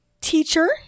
teacher